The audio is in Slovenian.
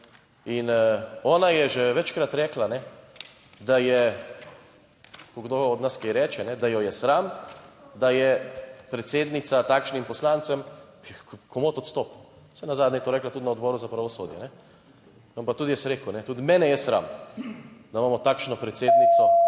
In ona je že večkrat rekla, da je, ko kdo od nas kaj reče, da jo je sram, da je predsednica takšnim poslancem, ja komot odstopil, saj nazadnje je to rekla tudi na Odboru za pravosodje. Bom pa tudi jaz rekel, tudi mene je sram, da imamo takšno predsednico